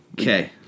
Okay